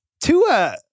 Tua